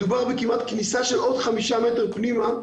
מדובר בכמעט כניסה של עוד חמישה מטר פנימה.